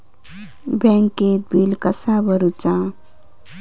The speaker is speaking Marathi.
बँकेत बिल कसा भरुचा?